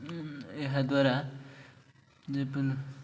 ଏହାଦ୍ୱାରା ଯେପ